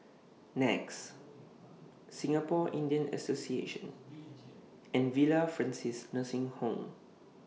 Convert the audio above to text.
NE X Singapore Indian Association and Villa Francis Nursing Home